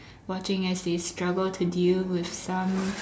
watching as they struggle to deal with some